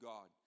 God